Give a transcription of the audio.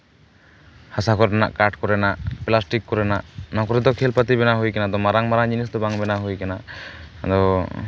ᱦᱟᱥᱟ ᱠᱚᱨᱮᱱᱟᱜ ᱠᱟᱴ ᱠᱚᱨᱮᱱᱟᱜ ᱯᱞᱟᱥᱴᱤᱠ ᱠᱚᱨᱮᱱᱟᱜ ᱚᱱᱟ ᱠᱚᱨᱮ ᱫᱚ ᱠᱷᱮᱞ ᱯᱟᱛᱤ ᱵᱮᱱᱟᱣ ᱦᱩᱭᱟᱠᱟᱱᱟ ᱟᱫᱚ ᱢᱟᱨᱟᱝ ᱢᱟᱨᱟᱝ ᱡᱤᱱᱤᱥ ᱫᱚ ᱵᱟᱝ ᱵᱮᱱᱟᱣ ᱦᱩᱭ ᱠᱟᱱᱟ ᱟᱫᱚ